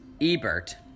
Ebert